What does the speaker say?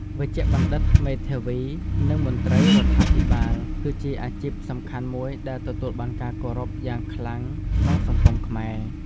វេជ្ជបណ្ឌិត មេធាវី និងមន្ត្រីរដ្ឋាភិបាល គឺជាអាជីពសំខាន់មួយដែលទទួលបានការគោរពយ៉ាងខ្លាំងក្នុងសង្គមខ្មែរ។